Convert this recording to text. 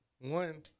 one